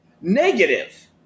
Negative